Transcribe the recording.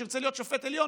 כשירצה להיות שופט עליון,